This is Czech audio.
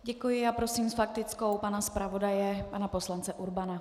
Děkuji a prosím s faktickou pana zpravodaje pana poslance Urbana.